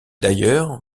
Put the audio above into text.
d’ailleurs